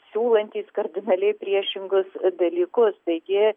siūlantys kardinaliai priešingus dalykus taigi